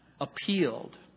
appealed